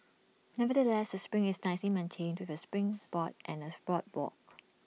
nevertheless the spring is nicely maintained with A springs board and as boardwalk